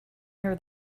near